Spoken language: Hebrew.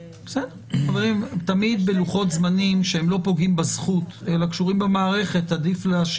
רשאי נפגע העבירה לדעת אם הוא יקבל